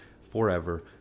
forever